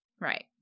Right